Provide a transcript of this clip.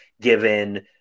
given